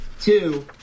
Two